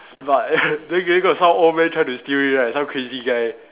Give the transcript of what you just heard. but then g~ got some old man trying to steal it right some crazy guy